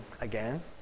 again